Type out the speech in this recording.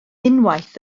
unwaith